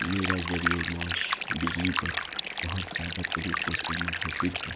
میرا ذریعہ معاش بجلی پر بہت زیادہ طریقوں سے منحصر ہے